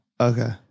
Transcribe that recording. Okay